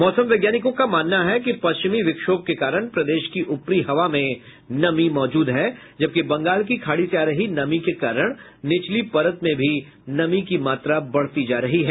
मौसम वैज्ञानिकों का मानना है कि पश्चिमी विक्षोभ के कारण प्रदेश की उपरी हवा में नमी मौजूद है जबकि बंगाल की खाड़ी से आ रही नमी के कारण निचली परत में भी नमी की मात्रा बढ़ती जा रही है